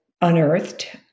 unearthed